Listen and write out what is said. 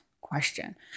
question